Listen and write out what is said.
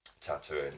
tattooing